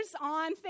on